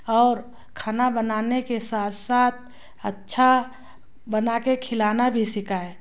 और खाना बनाने के साथ साथ अच्छा बना के खिलाना भी सिखाए